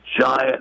giant